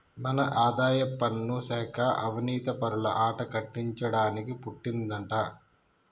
మన ఆదాయపన్ను శాఖ అవనీతిపరుల ఆట కట్టించడానికి పుట్టిందంటా